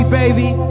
baby